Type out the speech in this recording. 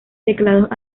teclados